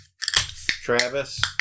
Travis